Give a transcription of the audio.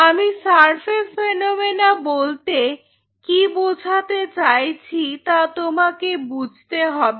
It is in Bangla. আমি সারফেস ফেনোমেনন বলতে কি বোঝাতে চাইছি তা তোমাকে বুঝতে হবে